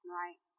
right